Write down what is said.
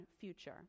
future